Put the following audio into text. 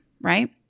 Right